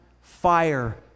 fire